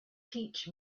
teach